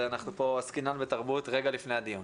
אז פה עסקינן בתרבות רגע לפני הדיון.